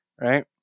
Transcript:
right